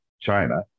China